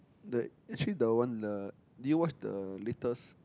that actually the one the did you watch the latest